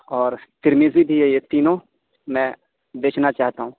اور تِرمذی بھی ہے یہ تینوں میں بیچنا چاہتا ہوں